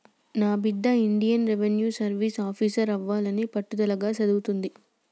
నా బిడ్డ Indian revenue service officer అవ్వాలని పట్టుదలగా సదువుతుంది